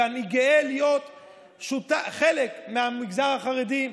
ואני גאה להיות חלק מהמגזר החרדי,